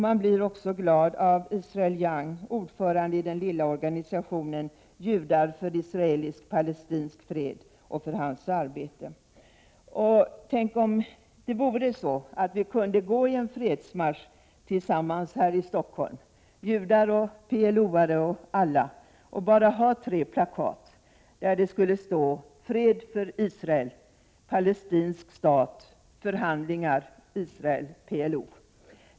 Man blir också glad över det arbete som görs av Israel Young, ordförande i den lilla organisationen Judar för israelisk-palestinsk fred, där han är ordförande. Tänk om vi — judar, PLO-are och alla andra — tillsammans kunde gå i en fredsmarsch här i Stockholm. Det skulle bara behövas tre uppmaningar på plakaten: Fred för Israel. Palestinsk stat. Förhandlingar Israel-PLO.